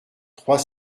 trois